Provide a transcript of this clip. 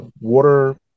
water